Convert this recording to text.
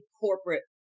corporate